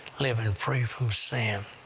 living free from sin,